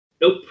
Nope